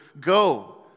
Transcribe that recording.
go